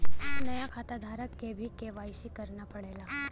नया खाताधारक के भी के.वाई.सी करना पड़ला